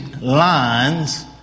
lines